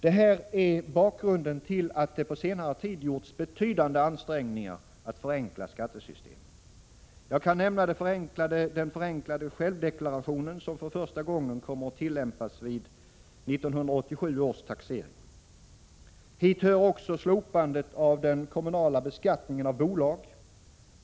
Det här är bakgrunden till att det på senare tid gjorts betydande ansträngningar att förenkla skattesystemet. Jag kan nämna den förenklade självdeklarationen, som för första gången kommer att tillämpas vid 1987 års taxering. Hit hör också slopandet av den kommunala beskattningen av bolag.